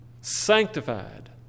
sanctified